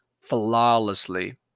flawlessly